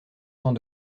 sans